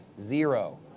Zero